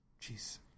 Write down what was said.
jeez